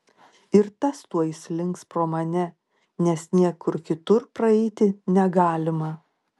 ir tas tuoj slinks pro mane nes niekur kitur praeiti negalima